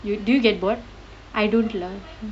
d~ do you get bored I don't lah